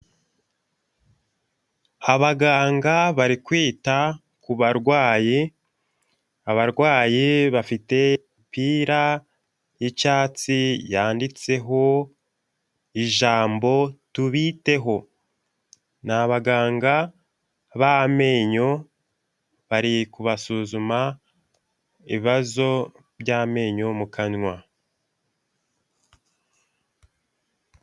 abaganga bari kwita kubarwayi abarwayi bafite imipira y'icyatsi yanditseho ijambo tubiteho ni abaganga b'amenyo bari kubasuzuma ibibazo by'amenyo mu kanwa